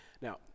Now